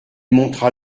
montera